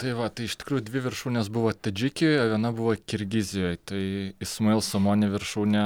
tai va tai iš tikrųjų dvi viršūnės buvo tadžikijoj o viena buvo kirgizijoj tai ismail somoni viršūnė